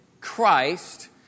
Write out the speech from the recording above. Christ